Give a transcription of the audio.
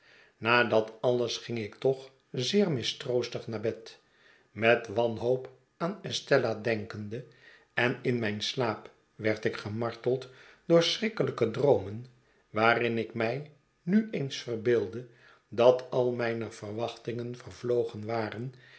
na dat alles ging ik toch zeer mistroostig naar bed met wanhoop aan estella denkende en in mijn slaap werd ik gemarteld door schrikkelijke droomen waarin ik mij nu eens verbeeldde dat al mijne v erwachtingen vervlogen waren